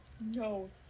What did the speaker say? No